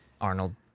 Arnold